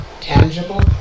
tangible